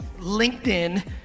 LinkedIn